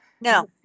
No